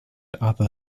other